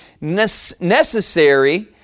necessary